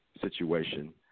situation